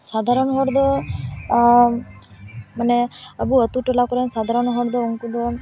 ᱥᱟᱫᱷᱟᱨᱚᱱ ᱦᱚᱲ ᱫᱚ ᱢᱟᱱᱮ ᱟᱵᱳ ᱟᱛᱳ ᱴᱚᱞᱟ ᱠᱚᱨᱮᱱ ᱥᱟᱫᱷᱟᱨᱚᱱ ᱦᱚᱲ ᱫᱚ ᱩᱱᱠᱩ ᱫᱚ